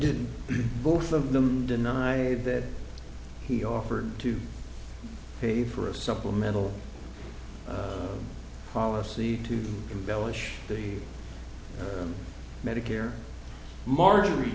didn't both of them deny that he offered to pay for a supplemental policy to embellish the medicare mar